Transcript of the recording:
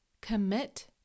commit